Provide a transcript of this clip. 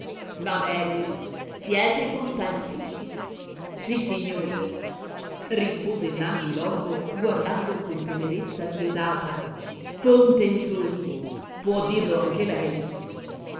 va bene siete contenti sissignore rispose nanni l'orbo guardando con tenerezza diodata contentoni può dirlo anche lei